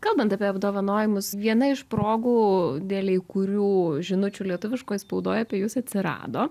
kalbant apie apdovanojimus viena iš progų dėlei kurių žinučių lietuviškoj spaudoj apie jus atsirado